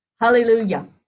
Hallelujah